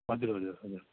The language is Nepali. हजुर हजुर